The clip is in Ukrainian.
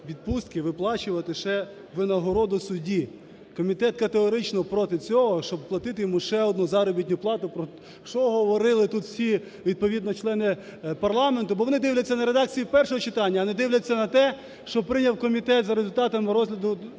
відпустки виплачувати ще винагороду судді. Комітет категорично проти цього, щоб платити йому ще одну заробітну плату. Що говорили тут всі відповідно члени парламенту. Бо вони дивляться на редакцію першого читання, а не дивляться на те, що прийняв комітет за результатами розгляду підготовки